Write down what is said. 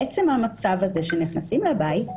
עצם המצב הזה שבו נכנסים לבית,